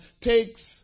takes